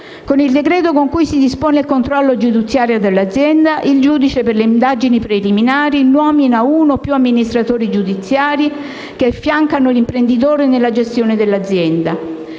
Con il decreto con cui dispone il controllo giudiziario dell'azienda, il giudice per le indagini preliminari nomina uno o più amministratori giudiziari, che affiancano l'imprenditore nella gestione dell'azienda.